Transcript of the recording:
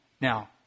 Now